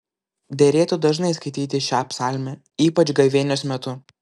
derėtų dažnai skaityti šią psalmę ypač gavėnios metu